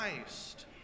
Christ